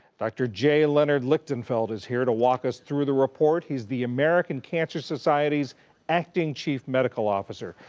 dr. j. leonard lichtenfeld is here to walk us through the report. he's the american cancer society's acting chief medical officer.